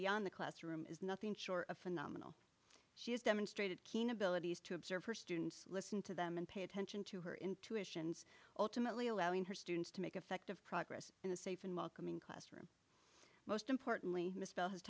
beyond the classroom is nothing short of phenomenal she has demonstrated keen abilities to observe her students listen to them and pay attention to her intuitions ultimately allowing her students to make effective progress in a safe and welcoming classroom most importantly